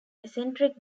eccentric